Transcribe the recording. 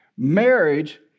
Marriage